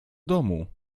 domu